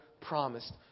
promised